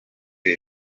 ibi